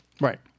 Right